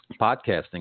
podcasting